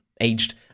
aged